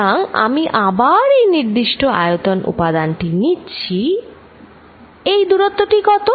সুতরাং আমি আবার এই নির্দিষ্ট আয়তন উপাদানটি নিচ্ছি এই দূরত্ব টি কত